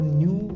new